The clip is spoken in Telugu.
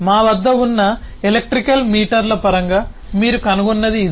మా వద్ద ఉన్న ఎలక్ట్రికల్ మీటర్ల పరంగా మీరు కనుగొన్నది ఇదే